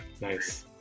Nice